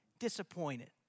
disappointed